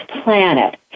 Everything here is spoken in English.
planet